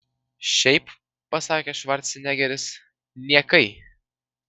šiaip pasakė švarcnegeris niekai